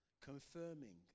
Confirming